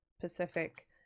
Pacific